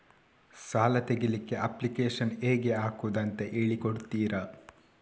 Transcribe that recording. ಸಾಲ ತೆಗಿಲಿಕ್ಕೆ ಅಪ್ಲಿಕೇಶನ್ ಹೇಗೆ ಹಾಕುದು ಅಂತ ಹೇಳಿಕೊಡ್ತೀರಾ?